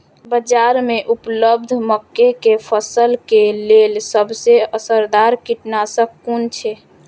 बाज़ार में उपलब्ध मके के फसल के लेल सबसे असरदार कीटनाशक कुन छै?